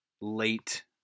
late